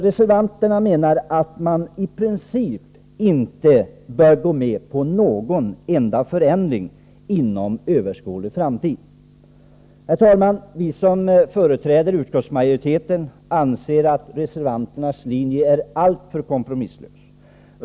Reservanterna menar att man i princip inte bör gå med på en enda förändring inom överskådlig framtid. Vi som företräder utskottsmajoriteten anser att reservanternas linje är alltför kompromisslös.